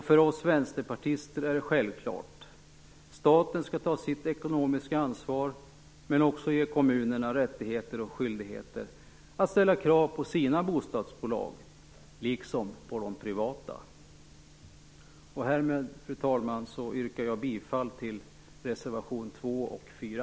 För oss vänsterpartister är det självklart att staten skall ta sitt ekonomiska ansvar men också ge kommunerna rättigheter och skyldigheter att ställa krav på sina bostadsbolag liksom på de privata. Härmed, fru talman, yrkar jag bifall till reservationerna 2 och 4.